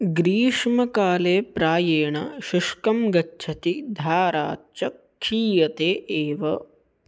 ग्रीष्मकाले प्रायेण शुष्कं गच्छति धारात् च क्षीयते एव